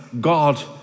God